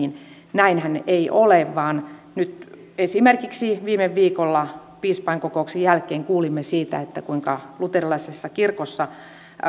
näinhän ei ole vaan nyt esimerkiksi viime viikolla piispainkokouksen jälkeen kuulimme siitä kuinka luterilaisessa kirkossa